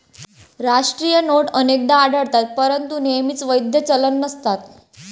राष्ट्रीय नोट अनेकदा आढळतात परंतु नेहमीच वैध चलन नसतात